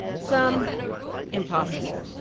some impossible.